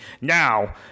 Now